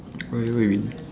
why what you mean